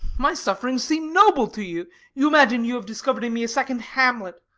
my sufferings seem noble to you you imagine you have discovered in me a second hamlet